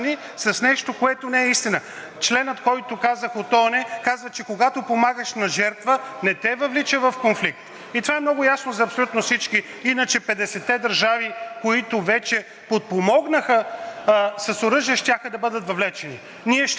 и това е много ясно за абсолютно всички. Иначе 50-те държави, които вече подпомогнаха с оръжие, щяха да бъдат въвлечени. Ние ще видим какво можем да дадем и по какъв начин да помогнем на една жертва от агресор. Благодаря.